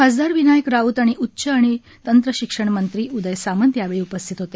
खासदार विनायक राऊत आणि उच्च आणि तंत्रशिक्षण मंत्री उदय सामंत यावेळी उपस्थित होते